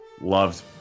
loved